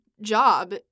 job